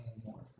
anymore